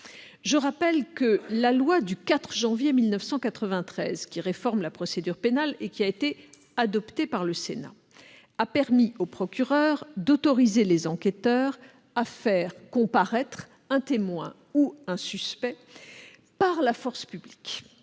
Je rappelle que la loi du 4 janvier 1993 portant réforme de la procédure pénale, adoptée par le Sénat, a permis au procureur d'autoriser les enquêteurs à faire comparaître un témoin ou un suspect par la force publique.